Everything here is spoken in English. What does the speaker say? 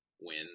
win